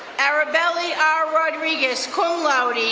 arabelli r. rodriguez, cum laude,